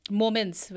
moments